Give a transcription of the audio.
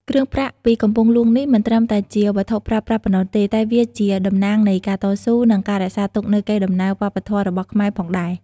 គ្រឿងប្រាក់ពីកំពង់ហ្លួងនេះ មិនត្រឹមតែជាវត្ថុប្រើប្រាស់ប៉ុណ្ណោះទេ តែវាជាតំណាងនៃការតស៊ូ និងការរក្សាទុកនូវកេរ្តិ៍ដំណែលវប្បធម៌របស់ខ្មែរផងដែរ។